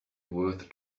worth